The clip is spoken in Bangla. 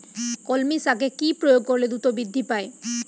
কলমি শাকে কি প্রয়োগ করলে দ্রুত বৃদ্ধি পায়?